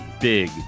big